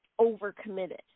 overcommitted